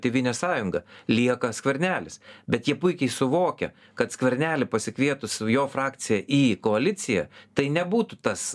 tėvynės sąjunga lieka skvernelis bet jie puikiai suvokia kad skvernelį pasikvietus jo frakciją į koaliciją tai nebūtų tas